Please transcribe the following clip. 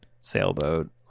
sailboat